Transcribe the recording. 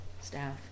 staff